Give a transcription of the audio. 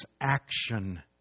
action